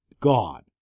God